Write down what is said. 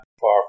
far